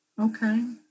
Okay